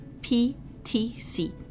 PTC